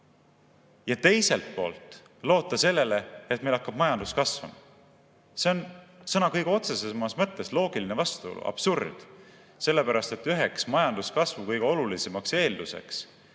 ja teiselt poolt loota sellele, et meil hakkab majandus kasvama? See on sõna kõige otsesemas mõttes loogiline vastuolu. Absurd! Sellepärast et üheks majanduskasvu kõige olulisemaks eelduseks